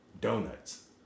Donuts